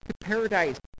paradise